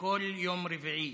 יום רביעי